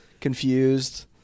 confused